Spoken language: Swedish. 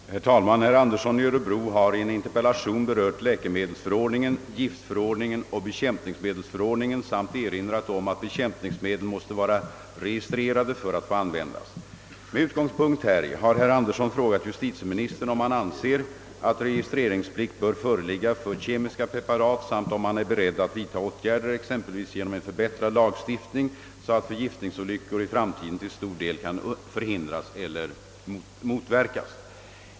Herr talman! Herr Andersson i öÖrebro har i en interpellation berört läkemedelsförordningen, <giftförordningen och <bekämpningsmedelsförordningen samt erinrat om att bekämpningsmedel måste vara registrerade för att få användas. Med utgångspunkt häri har herr Andersson frågat justitieministern, om han anser att registreringsplikt bör föreligga även för kemiska preparat samt om han är beredd att vidta åtgärder -— exempelvis genom en förbättrad lagstiftning — så att förgiftningsolyckor i framtiden till stor del kan förhindras eller motverkas.